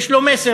יש לו מסר.